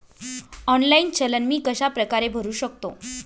Online challan मी कशाप्रकारे भरु शकतो?